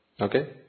Okay